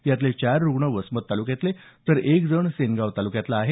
यातले चार रुग्ण वसमत तालुक्यातले तर एक जण सेनगाव तालुक्यातला आहे